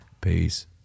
Peace